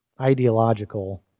ideological